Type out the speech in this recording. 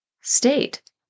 state